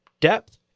depth